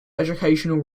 educational